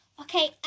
Okay